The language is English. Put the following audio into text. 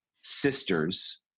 sisters